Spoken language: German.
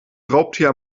raubtier